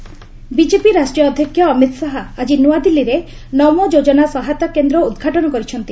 Amit Shah BJP BJP ରାଷ୍ଟ୍ରୀୟ ଅଧ୍ୟକ୍ଷ ଅମିତ୍ ଶାହା ଆଜି ନ୍ତଆଦିଲ୍ଲୀରେ ନମୋ ଯୋଜନା ସହାୟତା କେନ୍ଦ୍ର ଉଦ୍ଘାଟନ କରିଛନ୍ତି